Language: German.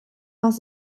was